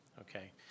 Okay